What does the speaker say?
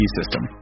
system